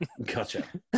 Gotcha